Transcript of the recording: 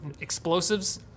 Explosives